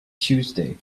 tuesday